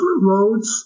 roads